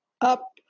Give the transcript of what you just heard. up